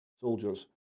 soldiers